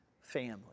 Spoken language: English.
family